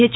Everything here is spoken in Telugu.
హెచ్